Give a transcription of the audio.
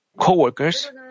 co-workers